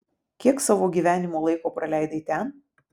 kiek savo gyvenimo laiko praleidai ten